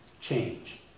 change